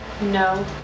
No